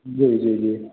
जी जी जी